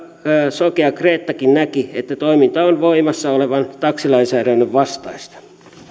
sokea kreettakin näki että toiminta on voimassa olevan taksilainsäädännön vastaista